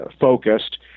focused